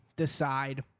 decide